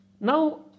Now